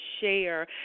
share